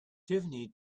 tiffany